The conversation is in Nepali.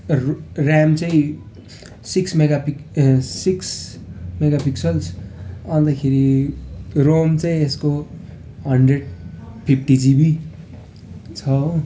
रु र्याम चाहिँ six mega pix uh six megapixels अन्तखेरि रोम चाहिँ यसको हन्ड्रेड फिफ्टी जिबी छ हो